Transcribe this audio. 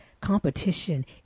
Competition